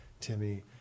Timmy